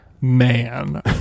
man